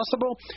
possible